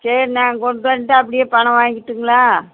சரிங்க நான் கொண்டு வந்து அப்படியே பணம் வாங்கிக்கிட்டுங்களா